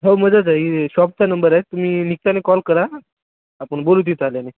हो मध्येच आहे शॉपचा नंबर आहे तुम्ही निघताना कॉल करा आपण बोलू तिथं आल्याने